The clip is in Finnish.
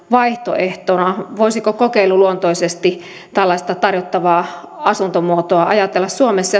vaihtoehtona voisiko kokeiluluontoisesti tällaista tarjottavaa asuntomuotoa ajatella suomessa